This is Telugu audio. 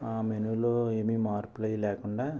ఆ మెనూలో ఏమి మార్పులు అవి లేకుండా